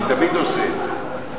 אני תמיד עושה את זה.